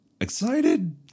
excited